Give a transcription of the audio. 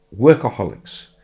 workaholics